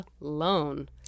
alone